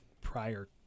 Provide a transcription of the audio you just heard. prior